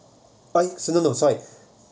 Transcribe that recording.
no no no sorry